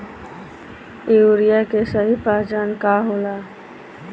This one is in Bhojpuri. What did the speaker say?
यूरिया के सही पहचान का होला?